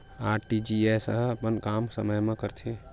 RTGS ह अपन काम समय मा करथे?